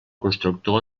constructor